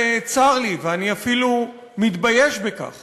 ואני אפילו מתבייש בכך